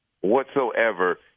whatsoever